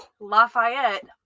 Lafayette